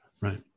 right